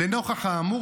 לנוכח האמור,